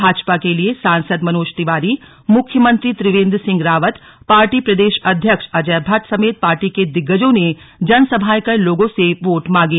भाजपा के लिए सांसद मनोज तिवारी मुख्यमंत्री त्रिवेंद्र सिंह रावत पार्टी प्रदेश अध्यक्ष अजय भट्ट समेत पार्टी के दिग्गजों ने जनसभाएं कर लोगों से वोट मांगे